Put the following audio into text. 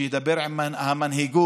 שידבר עם המנהיגות